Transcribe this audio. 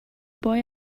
boy